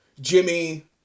Jimmy